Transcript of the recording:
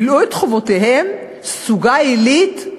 "מילאו את חובותיהם", "סוגה עילית"